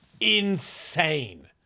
insane